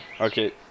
okay